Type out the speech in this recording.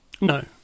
No